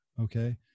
Okay